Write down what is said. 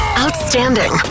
Outstanding